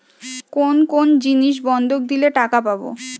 কোন কোন জিনিস বন্ধক দিলে টাকা পাব?